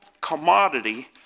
commodity